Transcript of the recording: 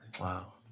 Wow